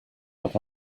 but